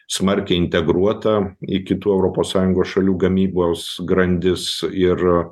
smarkiai integruota į kitų europos sąjungos šalių gamybos grandis ir